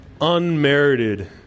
unmerited